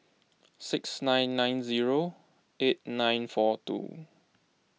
six nine nine zero eight nine four two